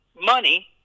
money